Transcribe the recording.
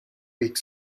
week